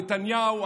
נתניהו,